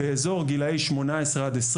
באזור גילאי 18-20,